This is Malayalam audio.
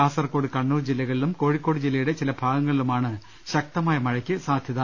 കാസർകോഡ് കണ്ണൂർ ജില്ലക ളിലും കോഴിക്കോട് ജില്ലയുടെ ചില ഭാഗങ്ങളിലുമാണ് ശക്ത മായ മഴയ്ക്ക് സാധ്യത